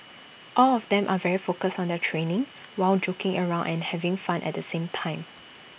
all of them are very focused on their training while joking around and having fun at the same time